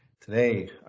Today